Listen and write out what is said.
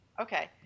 Okay